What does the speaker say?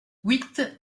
huit